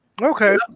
Okay